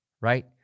Right